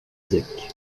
zec